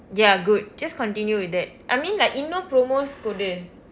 ya good just continue with that I mean like இன்னும்:innum promos கொடு:kodu